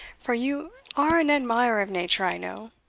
for you are an admirer of nature, i know.